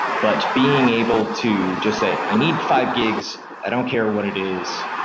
but being able to just say, i need five gigs. i don't care what it is.